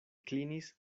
klinis